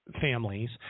families